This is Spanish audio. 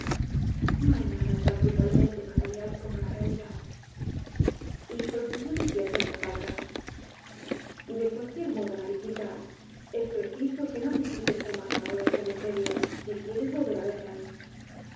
no hay nada tan brutalmente material como la realidady prosiguió diciendo en voz alta de cualquier modo mariquita es preciso que el caballero de las botas azules no visites como hasta ahora el cementerio si quieres volver á verme